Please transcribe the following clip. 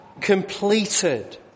completed